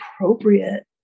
appropriate